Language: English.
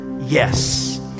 yes